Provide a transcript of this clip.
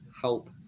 help